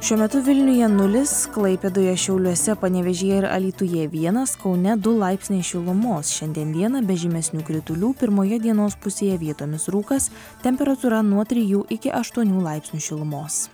šiuo metu vilniuje nulis klaipėdoje šiauliuose panevėžyje ir alytuje vienas kaune du laipsniai šilumos šiandien dieną be žymesnių kritulių pirmoje dienos pusėje vietomis rūkas temperatūra nuo trijų iki aštuonių laipsnių šilumos